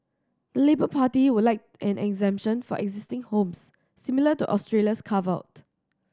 the Labour Party would like an exemption for existing homes similar to Australia's carve out